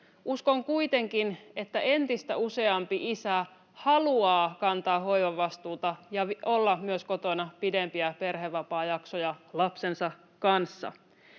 Uskon kuitenkin, että entistä useampi isä haluaa kantaa hoivavastuuta ja olla myös kotona pidempiä perhevapaajaksoja lapsensa kanssa.